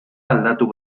aldatu